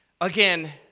Again